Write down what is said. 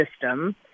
system